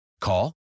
Call